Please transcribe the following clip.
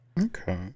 Okay